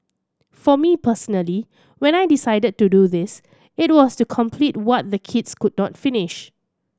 for me personally when I decided to do this it was to complete what the kids could not finish